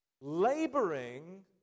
laboring